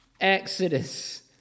Exodus